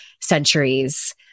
centuries